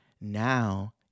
now